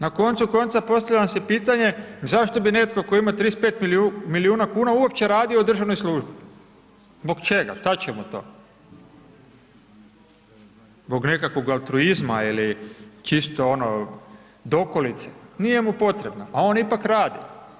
Na koncu konca postavljam si pitanje zašto bi netko tko ima 35 milijuna kuna uopće radio u državnoj službi, zbog čega, šta će mu to, zbog nekakvog altruizma ili čisto ono dokolice, nije mu potrebna, a on ipak radi.